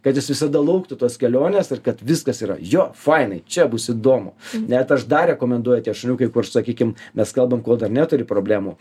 kad jis visada lauktų tos kelionės ir kad viskas yra jo fainai čia bus įdomu net aš dar rekomenduoju tie šuniukai kur sakykim mes kalbam kol dar neturi problemų